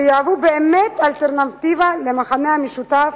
שיהוו באמת אלטרנטיבה למכנה המשותף